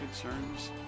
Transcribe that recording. concerns